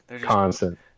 Constant